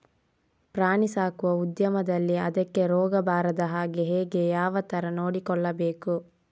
ಪ್ರಾಣಿ ಸಾಕುವ ಉದ್ಯಮದಲ್ಲಿ ಅದಕ್ಕೆ ರೋಗ ಬಾರದ ಹಾಗೆ ಹೇಗೆ ಯಾವ ತರ ನೋಡಿಕೊಳ್ಳಬೇಕು?